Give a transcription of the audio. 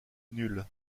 nulle